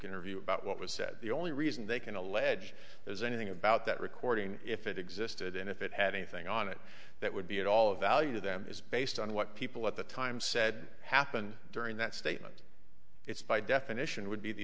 interview about what was said the only reason they can allege is anything about that recording if it existed and if it had anything on it that would be at all of value to them is based on what people at the time said happened during that statement it's by definition would be the